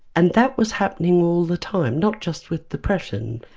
and that was happening all the time, not just with depression.